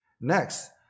Next